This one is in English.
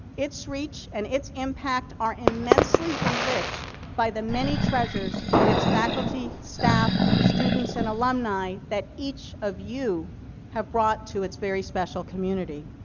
its reach and its impact are immensely enriched by the many treasures that is faculty, staff, students, and alumni that each of you have brought to its very special community.